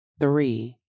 Three